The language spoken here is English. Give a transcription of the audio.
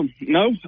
No